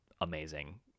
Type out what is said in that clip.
amazing